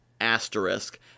asterisk